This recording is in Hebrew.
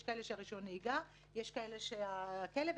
יש כאלה שמה שפועל עליהם זה עניין רישיון הנהיגה או עניין הכלב,